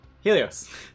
Helios